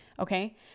Okay